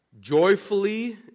joyfully